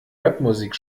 rapmusik